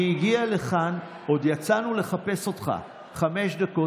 היא הגיעה לכאן, עוד יצאנו לחפש אותך חמש דקות.